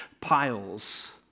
piles